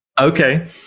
Okay